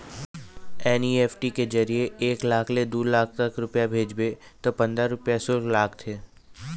NEFT के जरिए एक लाख ले दू लाख तक रूपिया भेजबे त पंदरा रूपिया सुल्क लागथे